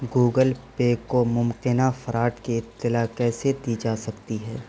Google Pay کو ممکنہ fraud کی اطلاع کیسے دی جا سکتی ہے